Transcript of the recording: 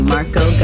Marco